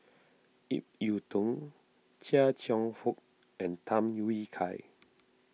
Ip Yiu Tung Chia Cheong Fook and Tham Yui Kai